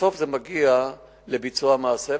בסוף זה מגיע לביצוע המעשה,